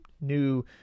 new